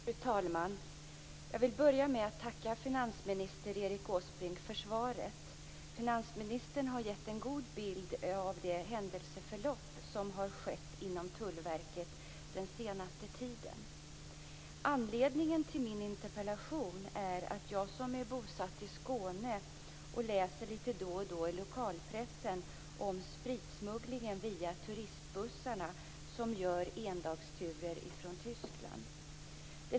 Fru talman! Jag vill börja med att tacka finansminister Erik Åsbrink för svaret. Finansministern har gett en god bild av det händelseförlopp som har varit inom Tullverket den senaste tiden. Anledningen till min interpellation är att jag, som är bosatt i Skåne, litet då och då läser i lokalpressen om spritsmugglingen via turistbussarna som gör endagsturer till Tyskland.